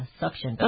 suction